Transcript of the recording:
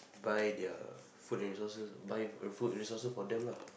buy their food and resources buy food resources for them lah